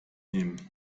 nehmen